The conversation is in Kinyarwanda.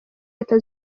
leta